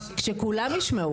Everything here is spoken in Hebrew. שכולם ישמעו.